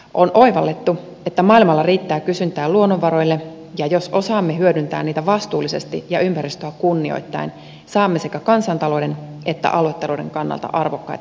on oivallettu että maailmalla riittää kysyntää luonnonvaroille ja jos osaamme hyödyntää niitä vastuullisesti ja ympäristöä kunnioittaen saamme sekä kansantalouden että aluetalouden kannalta arvokkaita työpaikkoja